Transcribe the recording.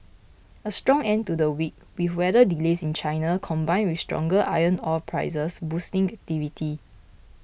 a strong end to the week with weather delays in China combined with stronger iron ore prices boosting activity